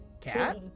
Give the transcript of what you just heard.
cat